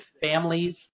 families